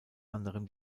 anderem